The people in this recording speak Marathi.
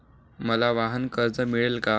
मला वाहनकर्ज मिळेल का?